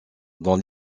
dans